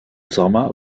sommer